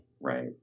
right